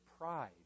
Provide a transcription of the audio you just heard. pride